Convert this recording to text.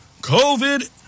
COVID